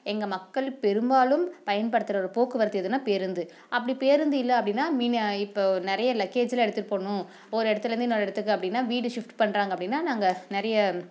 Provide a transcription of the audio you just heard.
எங்கள் மக்கள் பெரும்பாலும் பயன்படுத்துகிற ஒரு போக்குவரத்து எதுனால் பேருந்து அப்படி பேருந்து இல்லை அப்படினா மின் இப்போ நிறைய லக்கேஜ்செலாம் எடுத்துகிட்டுப் போகணும் ஒரு இடத்துலேந்து இன்னொரு இடத்துக்கு அப்படினா வீடு ஷிஃப்ட் பண்ணுறாங்க அப்படினா நாங்கள் நிறைய